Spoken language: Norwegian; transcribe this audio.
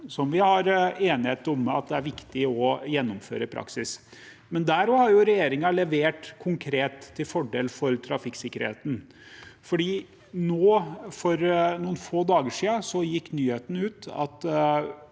vi er enige om er viktig å gjennomføre i praksis. Også der har regjeringen levert konkret til fordel for trafikksikkerheten, for nå, for noen få dager siden, gikk nyheten ut om